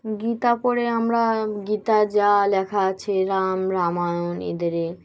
গীতা পড়ে আমরা গীতায় যা লেখা আছে রাম রামায়ণ এদের